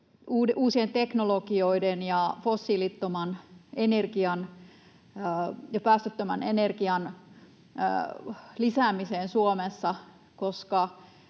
uusien teknologioiden ja fossiilittoman energian ja päästöttömän energian lisäämiseen Suomessa, koska